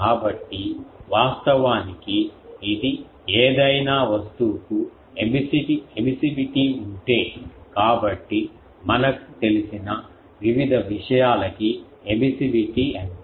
కాబట్టి వాస్తవానికి ఇది ఏదైనా వస్తువుకు ఏమిసివిటి ఉంటే కాబట్టి మనకు తెలిసిన వివిధ విషయాల కి ఏమిసివిటి ఎంత